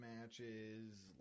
matches